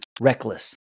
reckless